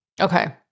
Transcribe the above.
Okay